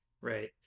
right